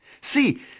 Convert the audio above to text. See